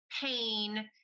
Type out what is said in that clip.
pain